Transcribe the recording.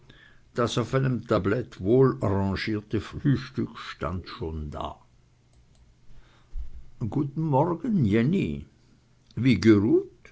das auf einem tablett wohlarrangierte frühstück stand schon da guten morgen jenny wie geruht